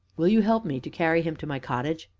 will you help me to carry him to my cottage?